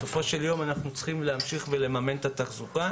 בסופו של יום אנחנו צריכים להמשיך ולממן את התחזוקה.